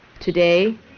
Today